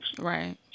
Right